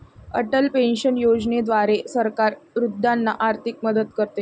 Atal pension योजनेद्वारे सरकार वृद्धांना आर्थिक मदत करते